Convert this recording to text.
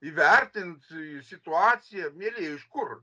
įvertint situaciją mielieji iš kur